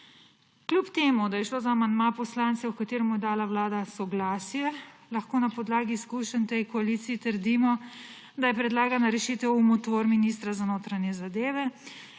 Čeprav je šlo za amandma poslancev, kateremu je dala vlada soglasje, lahko na podlagi izkušenj v tej koaliciji trdimo, da je predlagana rešitev umotvor ministra za notranje zadeve.